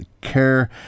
care